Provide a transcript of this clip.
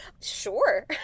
Sure